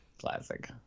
classic